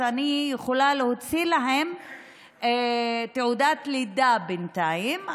אז אני יכולה להוציא להן תעודת לידה בינתיים,